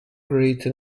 written